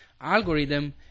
algorithm